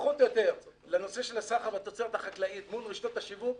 פחות או יותר לנושא של הסחר בתוצרת החקלאית מול רשתות השיווק,